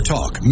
Talk